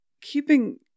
keeping